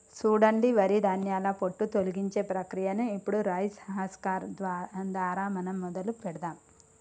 సూడండి వరి ధాన్యాల పొట్టు తొలగించే ప్రక్రియను ఇప్పుడు రైస్ హస్కర్ దారా మనం మొదలు పెడదాము